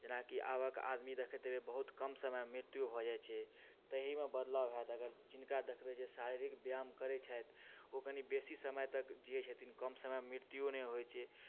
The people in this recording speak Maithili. जेनाकि आबक आदमी देखैत होयबै बहुत कम समयमे मृत्यु भऽ जाइत छै तहिमे बदलाव होयत जिनका देखबै शारीरिक व्यायाम करैत छथि ओ कनि बेसी समय तक जीयै छथिन कम समयमे मृत्युओ नहि होइत छै